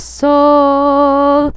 soul